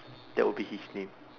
that will be his name